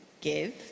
give